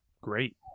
great